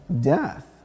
death